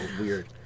weird